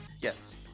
Yes